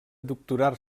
doctorar